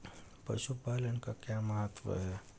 पशुपालन का क्या महत्व है?